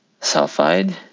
sulfide